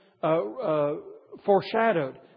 foreshadowed